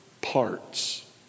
parts